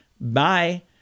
Bye